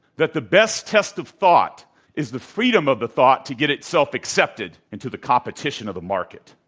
that the best test of thought is the freedom of the thought to get itself accepted into the competition of the market.